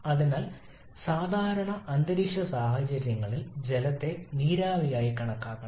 അതിനാൽ സാധാരണ അന്തരീക്ഷ സാഹചര്യങ്ങളിൽ ജലത്തെ നീരാവി ആയി കണക്കാക്കണം